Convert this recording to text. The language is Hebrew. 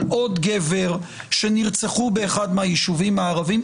על עוד גבר שנרצחו באחד מהיישובים הערביים.